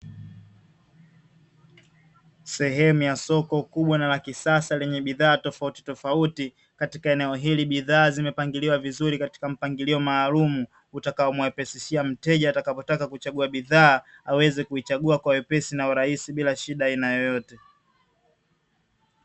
Sehemu ya soko kubwa na la kisasa, lenye bidhaa tofautitofauti, katika eneo hili bidhaa zimepangiliwa vizuri katika mpangilio maalumu utakaomwepesishia mteja atakapotaka kuchagua bidhaa, aweze kuichagua kwa wepesi na urahisi, bila shida ya aina yoyote.